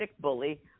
bully